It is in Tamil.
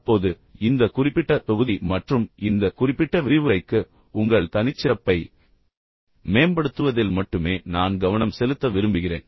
தற்போது இந்த குறிப்பிட்ட தொகுதி மற்றும் இந்த குறிப்பிட்ட விரிவுரைக்கு உங்கள் தனிச்சிறப்பை மேம்படுத்துவதில் மட்டுமே நான் கவனம் செலுத்த விரும்புகிறேன்